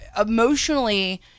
emotionally